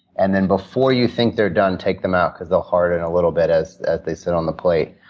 and then, before you think they're done, take them out because they'll harden a little bit as they sit on the plate.